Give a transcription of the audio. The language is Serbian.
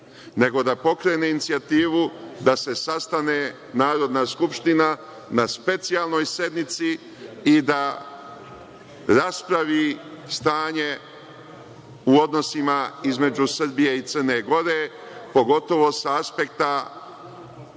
nego da pokrene inicijativu, da se sastane Narodne skupština na specijalnoj sednici i da raspravi stanje u odnosima između Srbije i Crne Gore, a pogotovo sa aspekta